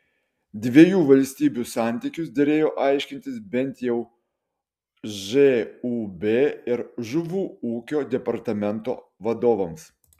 dviejų valstybių santykius derėjo aiškintis bent jau žūb ir žuvų ūkio departamento vadovams